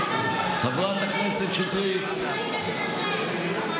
מלא מושחתים שנמצאים אצלכם.